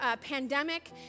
pandemic